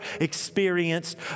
experienced